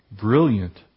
Brilliant